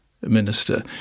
Minister